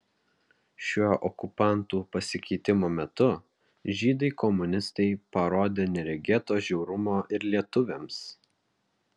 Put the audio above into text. šiuo okupantų pasikeitimo metu žydai komunistai parodė neregėto žiaurumo ir lietuviams